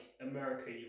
America